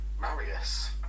Marius